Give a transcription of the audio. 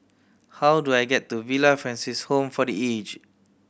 how do I get to Villa Francis Home for The Aged